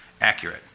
accurate